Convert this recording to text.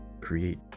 create